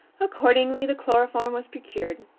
accordingly the chloroform was procured,